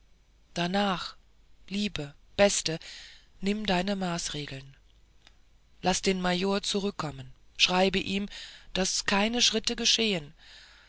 darnach liebe beste nimm deine maßregeln laß den major zurückkommen schreibe ihm daß keine schritte geschehen